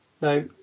now